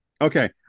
Okay